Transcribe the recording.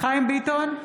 חיים ביטון,